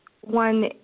one